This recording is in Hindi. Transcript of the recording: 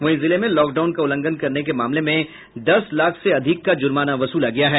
वहीं जिले में लॉकडाउन का उल्लंघन करने के मामले में दस लाख से अधिक का जुर्माना वसूला गया है